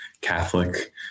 Catholic